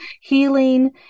healing